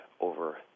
over